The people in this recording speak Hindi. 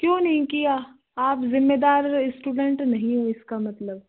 क्यों नहीं किया आप जिम्मेदार स्टूडेंट नहीं हो इसका मतलब